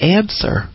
answer